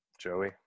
Joey